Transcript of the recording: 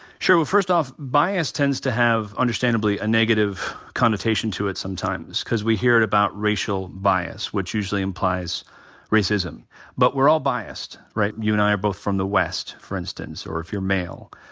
sure, well first off bias tends to have, understandably, a negative connotation to it sometimes because we hear about racial bias which usually implies racism but we're all biased, right? you and i are both from the west for instance, or if you're male.